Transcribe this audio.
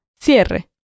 Cierre